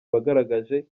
wagaragaje